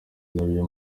nabyo